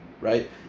right